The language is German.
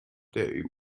der